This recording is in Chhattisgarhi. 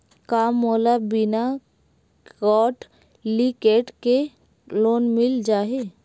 का मोला बिना कौंटलीकेट के लोन मिल जाही?